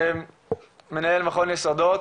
מנהל מכון יסודות.